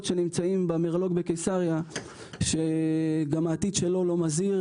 שנמצאים במרלו"ג בקיסריה שגם העתיד שלו לא מזהיר,